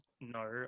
no